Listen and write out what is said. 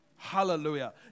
Hallelujah